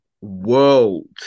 world